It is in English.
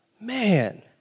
Man